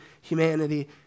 humanity